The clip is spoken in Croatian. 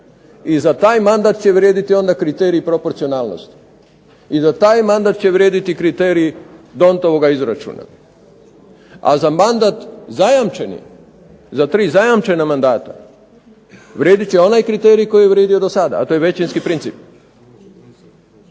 i za taj mandat će vrijediti onda kriterij proporcionalnosti, i za taj mandat će vrijediti kriterij …/Ne razumije se./… izračuna. A za mandat zajamčeni, za tri zajamčena mandata vrijedit će onaj kriterij koji je vrijedio do sada, a to je većinski princip.